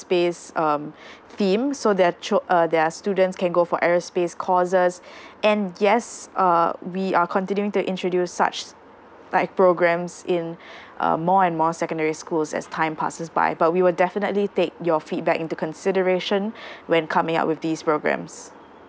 space um theme so their uh their students can go for aerospace courses and yes uh we are continuing to introduce such like programmes in um more and more secondary schools as time passes by but we will definitely take your feedback into consideration when coming up with these programmes